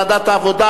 לוועדת העבודה,